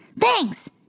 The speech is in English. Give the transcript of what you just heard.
Thanks